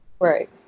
Right